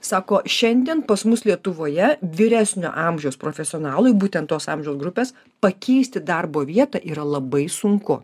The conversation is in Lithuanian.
sako šiandien pas mus lietuvoje vyresnio amžiaus profesionalai būtent tos amžiaus grupės pakeisti darbo vietą yra labai sunku